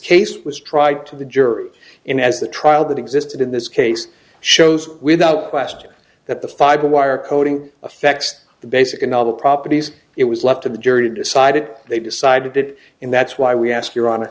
case was tried to the jury in as the trial that existed in this case shows without question that the fiber wire coating affects the basic a novel properties it was left to the jury decided they decided it and that's why we ask your hon